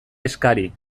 eskari